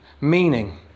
meaning